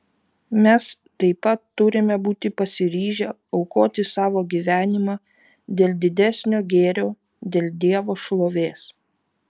mes taip pat turime būti pasiryžę aukoti savo gyvenimą dėl didesnio gėrio dėl dievo šlovės